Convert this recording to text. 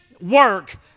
work